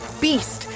beast